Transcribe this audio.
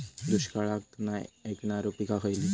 दुष्काळाक नाय ऐकणार्यो पीका खयली?